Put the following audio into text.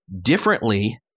differently